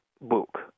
book